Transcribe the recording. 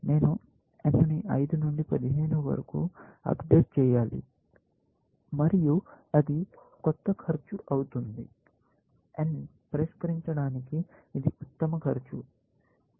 నేను n ను 5 నుండి 15 వరకు అప్డేట్ చేయాలి మరియు అది కొత్త ఖర్చు అవుతుంది n పరిష్కరించడానికి ఇది ఉత్తమ ఖర్చు